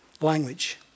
language